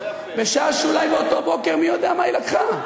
בשעה שאולי באותו בוקר מי יודע מה היא לקחה.